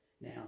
Now